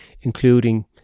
including